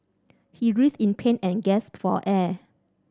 he writhed in pain and gasped for air